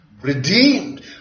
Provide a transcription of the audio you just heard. Redeemed